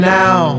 now